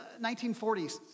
1940s